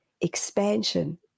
expansion